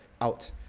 out